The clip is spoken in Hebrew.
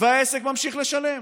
והעסק ממשיך לשלם.